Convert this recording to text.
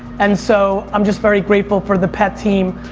and so, i'm just very grateful for the team,